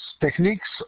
techniques